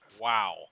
Wow